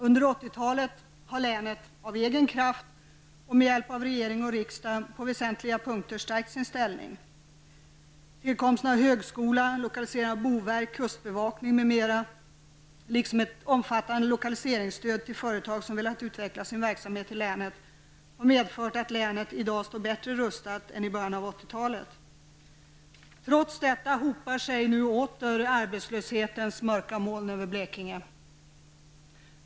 Under 80-talet har länet av egen kraft och med hjälp av regering och riksdag på väsentliga punkter stärkt sin ställning. Tillkomsten av högskola, lokaliseringen av boverket, kustbevakningen m.m. liksom ett omfattande lokaliseringsstöd till företag som har velat utveckla sin verksamhet i länet, har medfört att länet i dag står bättre rustat än i början av 80 Trots detta hopar sig åter arbetslöshetens mörka moln över Blekinge.